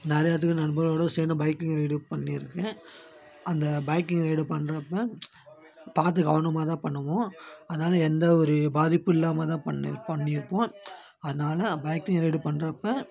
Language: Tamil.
நிறையா இடத்துக்கு நண்பர்களோடு சேர்ந்து பைக்கிங் ரைடு பண்ணியிருக்கேன் அந்த பைக்கிங் ரைடு பண்றப்போ பார்த்து கவனமாகதான் பண்ணுவோம் அதனால எந்த ஒரு பாதிப்பும் இல்லாமல்தான் பண்ணிரு பண்ணியிருப்போம் அதனால் பைக்கிங் ரைடு பண்றப்போ